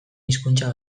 hizkuntza